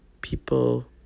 people